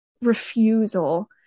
refusal